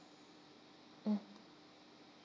mm